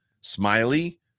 smiley